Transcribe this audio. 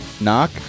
Knock